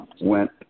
went